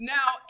Now